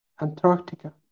Antarctica